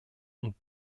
und